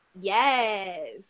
Yes